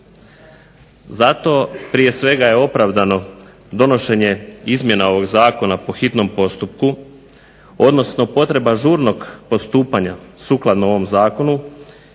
Zato prije svega je opravdano donošenje izmjena ovog zakona po hitnom postupku, odnosno potreba žurnog postupanja sukladno ovom zakonu